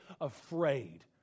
afraid